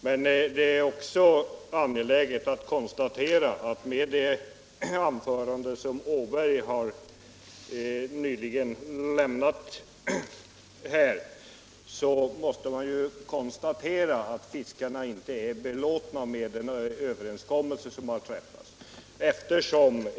Men efter herr Åbergs nyss hållna anförande är det också angeläget att konstatera att fiskarna inte är belåtna med den träffade överenskommelsen.